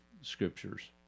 scriptures